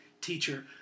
teacher